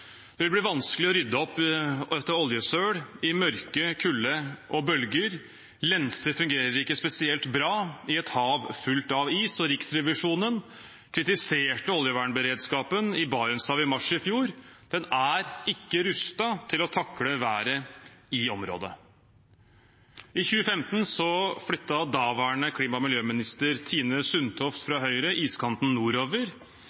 Det vil bli vanskelig å rydde opp etter oljesøl i mørke, kulde og bølger, og lenser fungerer ikke spesielt bra i et hav fullt av is. Riksrevisjonen kritiserte oljevernberedskapen i Barentshavet i mars i fjor. Den er ikke rustet til å takle været i området. I 2015 flyttet daværende klima- og miljøminister Tine Sundtoft